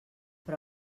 però